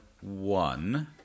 one